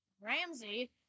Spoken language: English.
Ramsey